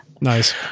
Nice